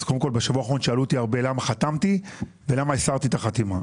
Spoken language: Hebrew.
בשבוע האחרון שאלו אותי הרבה למה חתמתי ולמה הסרתי את החתימה.